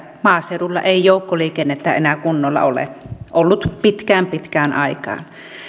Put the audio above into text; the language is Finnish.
maaseudulla ei joukkoliikennettä enää kunnolla ole ollut pitkään pitkään aikaan